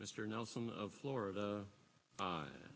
mr nelson of florida